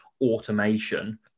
automation